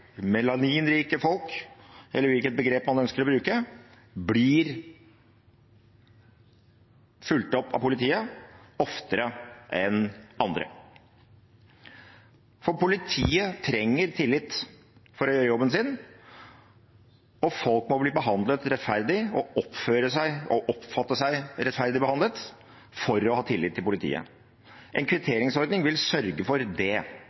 melaninrike folk – eller hvilket begrep man ønsker å bruke – blir fulgt opp av politiet oftere enn andre. For politiet trenger tillit for å gjøre jobben sin, og folk må bli behandlet rettferdig og oppfatte seg rettferdig behandlet for å ha tillit til politiet. En kvitteringsordning vil sørge for det.